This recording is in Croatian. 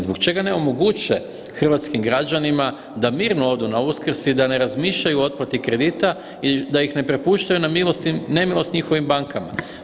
Zbog čega ne omoguće hrvatskim građanima da mirno odu na Uskrs i da ne razmišljaju o otplati kredita i da ih ne prepuštaju na milost i nemilost njihovim bankama.